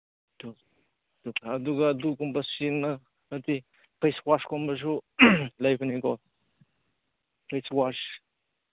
ꯑꯗꯨ ꯑꯗꯨꯒ ꯑꯗꯨꯒꯨꯝꯕ ꯁꯤꯖꯤꯟꯅꯅꯔꯗꯤ ꯐꯦꯁꯋꯥꯁꯀꯨꯝꯕꯁꯨ ꯂꯩꯕꯅꯦꯀꯣ ꯐꯦꯁꯋꯥꯁ